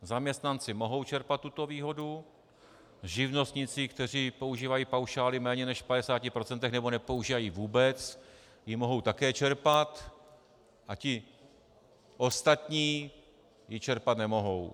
Zaměstnanci mohou čerpat tuto výhodu, živnostníci, kteří používají paušály méně než v 50 % nebo nepoužívají vůbec, ji mohou také čerpat, a ti ostatní ji čerpat nemohou.